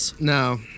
No